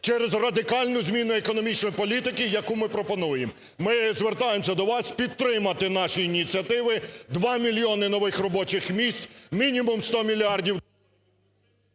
через радикальну зміну економічної політики, яку ми пропонуємо. Ми звертаємося до вас підтримати наші ініціативи: 2 мільйони робочих місць, мінімум 100 мільярдів…